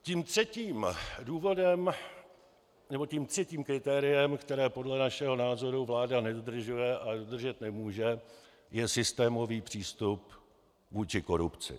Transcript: Tím třetím důvodem nebo kritériem, které podle našeho názoru vláda nedodržuje a dodržet nemůže, je systémový přístup vůči korupci.